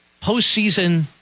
Postseason